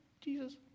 Jesus